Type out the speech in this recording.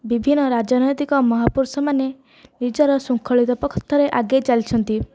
ବିଭିନ୍ନ ରାଜନୈତିକ ମହାପୁରୁଷମାନେ ନିଜର ଶୃଙ୍ଖଳିତ ପଥରେ ଆଗେଇ ଚାଲିଛନ୍ତି